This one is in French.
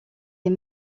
est